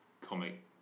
comic